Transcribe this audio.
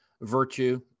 virtue